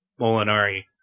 Molinari